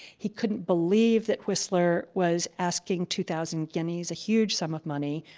he couldn't believe that whistler was asking two thousand guineas, a huge sum of money,